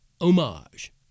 homage